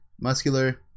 muscular